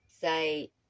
Say